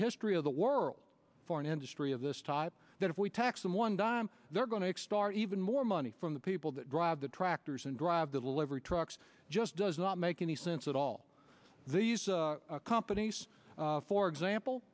history of the world for an industry of this type that if we tax them one dime they're going to explore even more money from the people that drive the tractors and drive delivery trucks just doesn't make any sense at all these companies for example